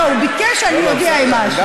לא, הוא ביקש שאני אודיע אם נתתי משהו.